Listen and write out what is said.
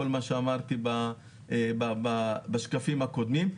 כל מה שאמרתי בשקפים הקודמים.